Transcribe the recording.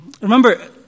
Remember